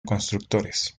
constructores